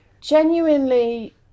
genuinely